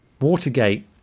Watergate